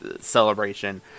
celebration